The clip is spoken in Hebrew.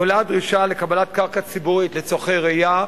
עולה הדרישה לקבלת קרקע ציבורית לצורכי רעייה,